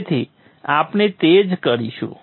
તેથી આપણે તે જ કરીશું